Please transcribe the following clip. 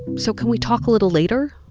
so can we talk a little later?